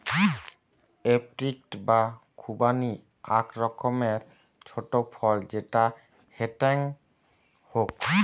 apricot বা খুবানি আক রকমের ছোট ফল যেটা হেংটেং হউক